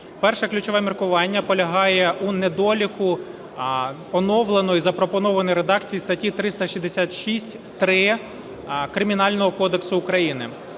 Перше ключове міркування полягає у недоліку оновленої і запропонованої редакції статті 366-3 Кримінального кодексу України.